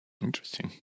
Interesting